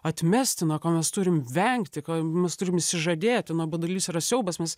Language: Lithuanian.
atmestina ko mes turim vengti kam mes turim išsižadėti nuobodulys yra siaubas mes